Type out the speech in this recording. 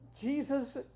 Jesus